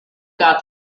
got